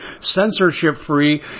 censorship-free